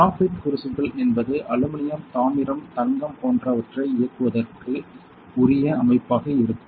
graphite crucible என்பது aluminium தாமிரம் தங்கம் Refer Time 1000 Refer Time 1004 போன்றவற்றை இயக்குவதற்கு உரிய அமைப்பாக இருக்கும்